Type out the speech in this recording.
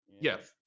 Yes